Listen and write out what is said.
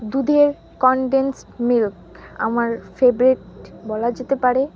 দুধের condensed milk আমার favourite বলা যেতে পারে